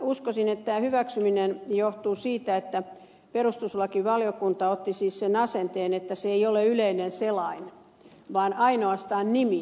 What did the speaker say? uskoisin että tämä hyväksyminen johtuu siitä että perustuslakivaliokunta otti siis sen asenteen että se ei ole yleinen selain vaan ainoastaan nimi